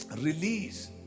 release